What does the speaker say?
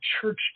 church